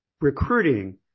recruiting